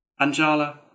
Anjala